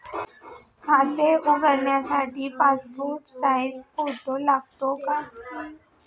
खाते उघडण्यासाठी passport size photo लागतो का?